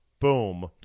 Boom